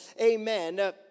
amen